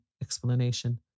explanation